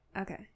Okay